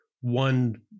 one